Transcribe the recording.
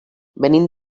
venim